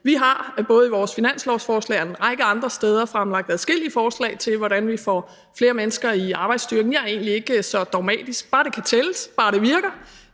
Vi har både i vores finanslovsforslag og en række andre steder fremlagt adskillige forslag til, hvordan vi får flere mennesker i arbejdsstyrken. Jeg er egentlig ikke så dogmatisk, bare det kan tælles, bare det virker,